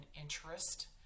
interest